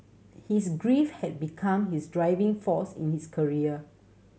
his grief had become his driving force in his career